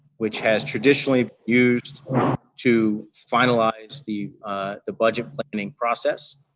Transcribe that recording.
which has traditionally used to finalize the the budget planning process.